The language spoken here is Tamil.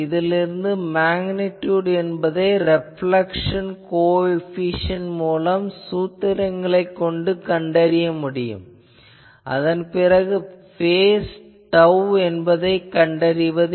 இதிலிருந்து மேக்னிடியுட் என்பதை ரெப்லேக்சன் கோஎபிசியென்ட் மூலம் இந்த சூத்திரங்களைக் கொண்டு கண்டறியலாம் அதன் பிறகு பேஸ் tau என்பதைக் கண்டறியலாம்